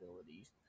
abilities